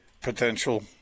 potential